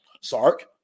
Sark